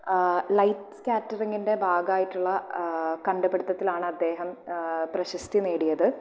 light കാറ്റെറിംഗിന്റെ ഭാഗമായിട്ടുള്ള കണ്ടുപിടിത്തത്തിലാണ് അദ്ദേഹം പ്രശസ്തി നേടിയത്